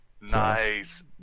Nice